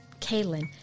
Kaylin